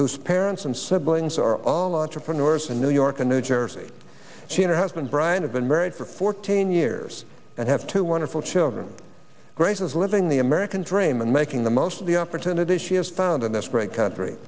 whose parents and siblings are all entrepreneurs in new york and new jersey she and her husband brian have been married for fourteen years and have two wonderful children grace is living the american dream and making the most of the opportunities she has found in this great country